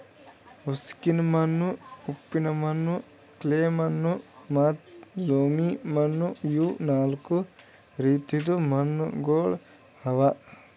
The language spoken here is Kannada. ಉಸುಕಿನ ಮಣ್ಣು, ಉಪ್ಪಿನ ಮಣ್ಣು, ಕ್ಲೇ ಮಣ್ಣು ಮತ್ತ ಲೋಮಿ ಮಣ್ಣು ಇವು ನಾಲ್ಕು ರೀತಿದು ಮಣ್ಣುಗೊಳ್ ಅವಾ